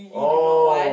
li do not want